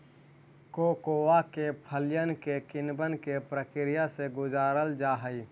cocoa के फलियन के किण्वन के प्रक्रिया से गुजारल जा हई